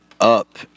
up